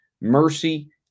mercy